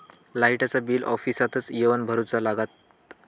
लाईटाचा बिल ऑफिसातच येवन भरुचा लागता?